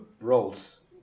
roles